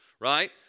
right